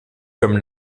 comme